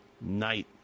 night